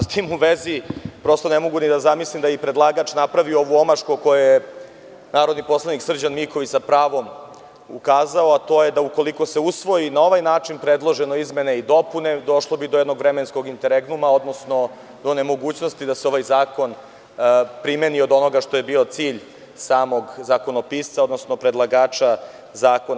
S tim u vezi, prosto ne mogu ni da zamislim da bi predlagač napravio ovu omašku na koju je narodni poslanik Srđan Miković s pravom ukazao, a to je da ukoliko se usvoji na ovaj način predložene izmene i dopune, došlo bi do jednog vremenskog interregnuma, odnosno do nemogućnosti da se ovaj zakon primeni od onoga što je bio cilj samog zakonopisca odnosno predlagača zakona.